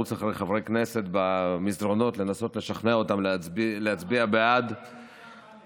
לרוץ אחר חברי כנסת במסדרונות לנסות לשכנע אותם להצביע בעד חוק,